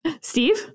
steve